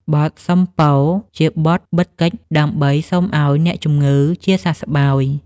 បទសុំពរ ជាបទបិទកិច្ច ដើម្បីសុំឱ្យអ្នកជំងឺជាសះស្បើយ។